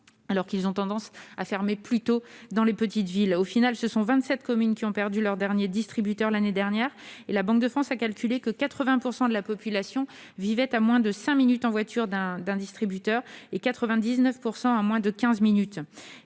alors qu'ils ont plutôt tendance à fermer dans les petites villes. Ainsi, 27 communes ont perdu leur dernier distributeur l'année dernière, et la Banque de France a calculé que 80 % de la population vivait à moins de cinq minutes en voiture d'un distributeur et 99 % à moins de quinze minutes.